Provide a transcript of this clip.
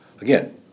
again